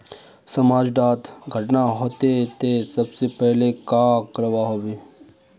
समाज डात घटना होते ते सबसे पहले का करवा होबे?